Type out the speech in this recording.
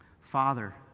Father